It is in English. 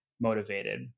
motivated